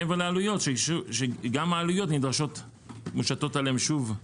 גם העלויות מושתות עליהם שוב,